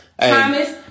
Thomas